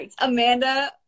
Amanda